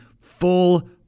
full